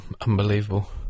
unbelievable